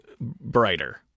brighter